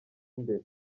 imbere